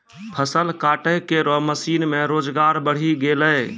फसल काटै केरो मसीन सें रोजगार बढ़ी गेलै